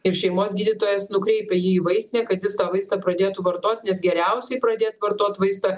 ir šeimos gydytojas nukreipia jį į vaistinę kad jis tą vaistą pradėtų vartotot nes geriausiai pradėt vartot vaistą